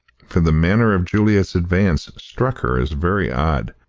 for the manner of julia's advance struck her as very odd.